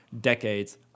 decades